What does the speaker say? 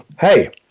hey